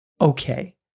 okay